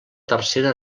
tercera